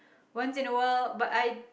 once in a while but I